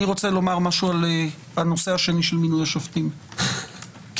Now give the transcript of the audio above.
רוצה לומר משהו על הנושא השני של מינוי השופטים: כמעט